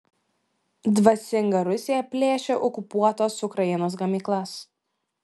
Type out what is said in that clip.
dvasinga rusija plėšia okupuotos ukrainos gamyklas